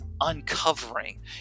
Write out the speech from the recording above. uncovering